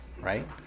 Right